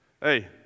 Hey